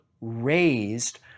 raised